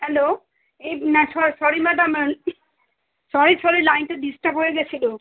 hello এই না sorry sorry madam sorry sorry লাইনটা ডিসটার্ব হয়ে গিয়েছিলো